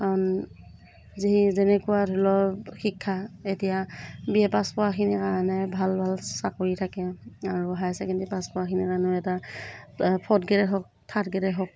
যি যেনেকুৱা ধৰি লওক শিক্ষা এতিয়া বি এ পাচ কৰাখিনিৰ কাৰণে ভাল ভাল চাকৰি থাকে আৰু হায়াৰ চেকেণ্ডেৰী পাচ কৰাখিনিৰ কাৰণে এটা ফৰ্থ গ্ৰেডেই হওক থাৰ্ড গ্ৰেডেই হওক